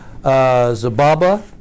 Zababa